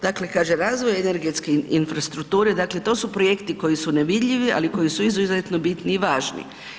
Dakle kaže razvoj energetske infrastrukture, dakle to su projekti koji su nevidljivi ali koji su izuzetno bitni i važni.